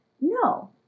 no